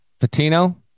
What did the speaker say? Patino